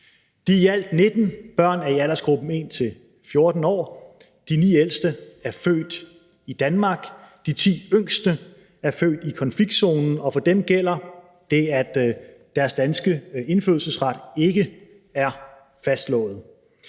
De i alt 19 børn er i aldersgruppen 1-14 år. De 9 ældste er født i Danmark. De 10 yngste er født i konfliktzoner, og for dem gælder det, at deres danske indfødsret ikke er fastslået.